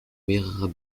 mehrerer